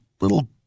Little